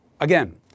Again